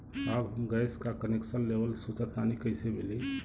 साहब हम गैस का कनेक्सन लेवल सोंचतानी कइसे मिली?